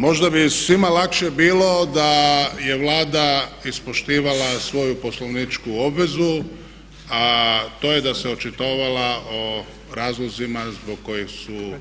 Možda bi svima lakše bilo da je Vlada ispoštivala svoju poslovničku obvezu a to je da se očitovala o razlozima zbog kojih su